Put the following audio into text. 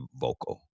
vocal